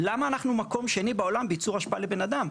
למה אנחנו במקום השני בעולם בייצור אשפה לבן אדם?